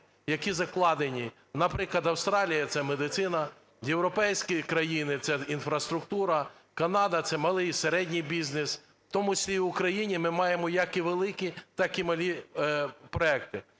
які закладені. Наприклад, Австралія - це медицина, європейські країни - це інфраструктура, Канада - це малий і середній бізнес, в тому числі і в Україні ми маємо як великі, так і мали проекти.